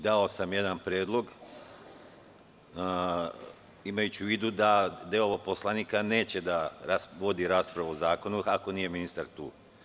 Dao sam i jedan predlog, imajući u vidu da deo poslanika neće voditi raspravu o zakonu ako nije ministar tu.